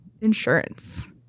insurance